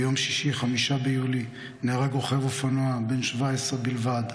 ביום שישי 5 ביולי נהרג אופנוע בן 17 בלבד,